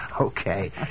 Okay